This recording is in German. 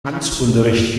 tanzunterricht